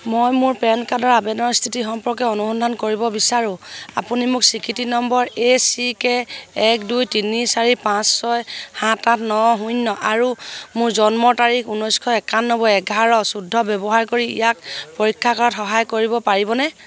মই মোৰ পেন কাৰ্ডৰ আবেদনৰ স্থিতি সম্পৰ্কে অনুসন্ধান কৰিব বিচাৰোঁ আপুনি মোক স্বীকৃতি নম্বৰ এ চি কে এক দুই তিনি চাৰি পাঁচ ছয় সাত আঠ ন শূন্য আৰু মোৰ জন্ম তাৰিখ ঊনৈশ একানব্বৈ এঘাৰ চৈধ্য ব্যৱহাৰ কৰি ইয়াক পৰীক্ষা কৰাত সহায় কৰিব পাৰিবনে